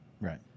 Right